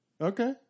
Okay